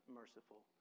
merciful